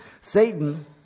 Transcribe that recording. Satan